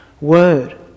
word